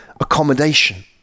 accommodation